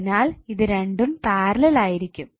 അതിനാൽ ഇത് രണ്ടും പാരലൽ ആയിരിക്കും